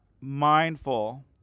mindful